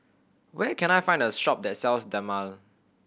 where can I find a shop that sells Dermale